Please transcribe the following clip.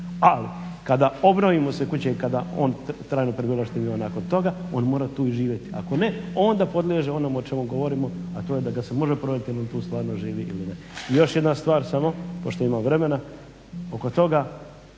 Ali kada obnovimo sve kuće i kada on trajno prebivalište ima nakon toga on mora tu živjeti. Ako ne onda podliježe onome o čemu govorimo a to je da ga se može provjeriti jeli tu stvarno živi ili ne. I još jedna stvar samo pošto imam vremena oko toga